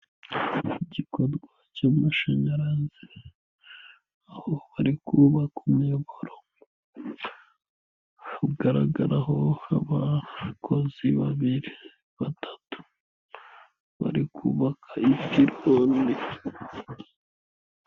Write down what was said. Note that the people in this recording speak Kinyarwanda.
igikorwa cy'amashanyarazi aho bari kuba ku umuyoboro, hagaragaraho abakozi babiri bari kubaka bonyine.